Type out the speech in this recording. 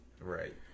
Right